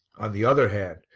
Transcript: on the other hand,